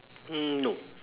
mm no